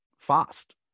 Fast